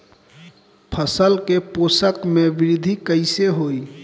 फसल के पोषक में वृद्धि कइसे होई?